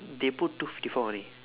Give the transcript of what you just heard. they put two fifty four only